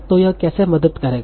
तो यह कैसे मदद करेगा